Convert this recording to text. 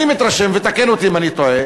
אני מתרשם, ותקן אותי אם אני טועה,